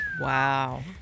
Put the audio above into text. Wow